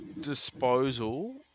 disposal